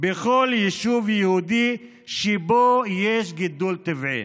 בכל יישוב יהודי שיש בו גידול טבעי,